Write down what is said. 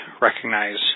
recognize